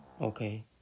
okay